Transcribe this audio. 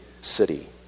city